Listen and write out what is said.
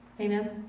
Amen